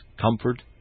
comfort